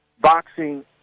boxing